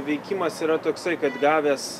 veikimas yra toksai kad gavęs